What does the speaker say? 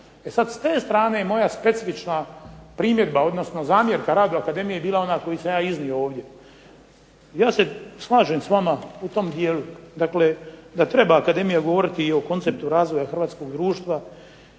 s te strane moja specifična primjedba, odnosno zamjerka radu akademije je bila koju sam ja iznio ovdje. Ja se slažem s vama u tom dijelu, dakle da treba akademija govoriti i o konceptu razvoja hrvatskog društva,